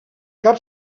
cap